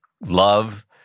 love